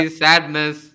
sadness